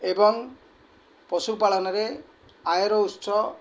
ଏବଂ ପଶୁପାଳନରେ ଆୟର ଉତ୍ସ